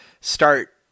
start